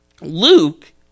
Luke